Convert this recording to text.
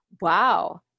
Wow